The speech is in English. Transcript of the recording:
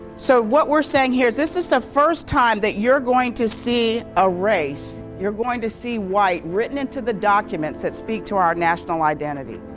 so what we're saying here, this is the first time that you're going to see a race, you're going to see white, written into the documents that speak to our national identity.